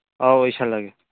ꯑꯧ ꯏꯁꯜꯂꯒꯦ